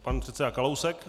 Pan předseda Kalousek.